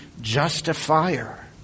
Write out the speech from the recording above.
justifier